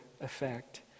effect